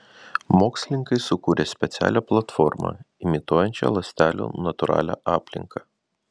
mokslininkai sukūrė specialią platformą imituojančią ląstelių natūralią aplinką